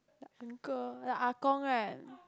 the uncle the Ah Gong right